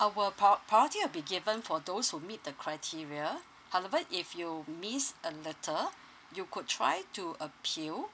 our prio~ priority will be given for those who meet the criteria however if you missed a letter you could try to appeal